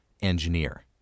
engineer